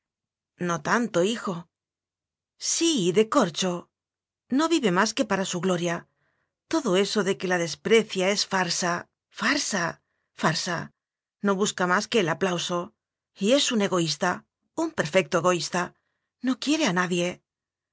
no tanto hijo sí de corcho no vive más que para su gloria todo eso de que la desprecia es farsa farsa farsa no busca más que el aplauso y es un egoista un perfecto egoísta no quie re a nadie